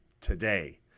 today